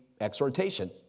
exhortation